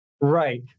Right